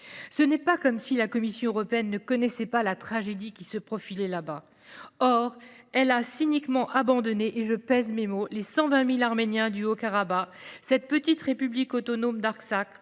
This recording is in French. Ce n’est pas comme si la Commission européenne ne connaissait pas la tragédie qui se profilait là-bas. Or elle a cyniquement abandonné – je pèse mes mots – les 120 000 Arméniens du Haut-Karabagh, cette petite République autonome d’Artsakh